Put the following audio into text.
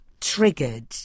triggered